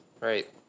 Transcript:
Right